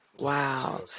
Wow